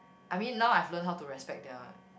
I mean now I've learned how to respect their